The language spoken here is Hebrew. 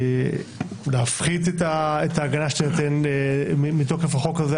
להפחית את ההגנה שתינתן מתוקף החוק הזה?